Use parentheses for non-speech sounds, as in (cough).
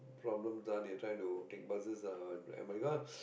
problems lah they're trying to take buses lah i'm like oh (breath)